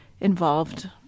involved